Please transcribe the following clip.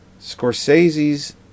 Scorsese's